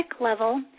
level